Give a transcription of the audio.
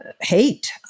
hate